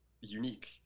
unique